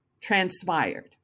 transpired